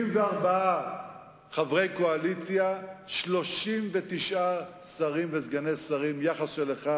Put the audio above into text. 74 חברי קואליציה, 39 שרים וסגני שרים, יחס של 1